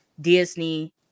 Disney